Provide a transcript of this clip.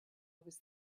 was